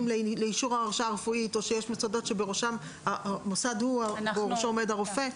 לאישור ההרשאה הרפואית או יש מוסדות שבראשם עומד הרופא,